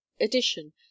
edition